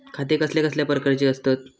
खाते कसल्या कसल्या प्रकारची असतत?